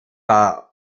war